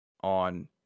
on